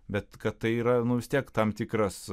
bet kad tai yra nu vis tiek tam tikras